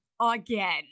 Again